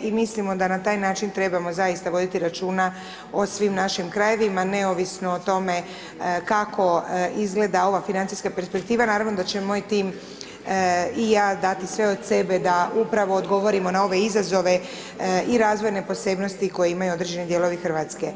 i mislim o da na taj način trebamo zaista voditi računa o svim našim krajevima, neovisno o tome, kako izgleda ova financijska perspektiva, naravno da će moj tim i ja dati sve od sebe da upravo odgovorimo na ove izazove i razvojne posebnosti koje ima određeni dijelovi Hrvatske.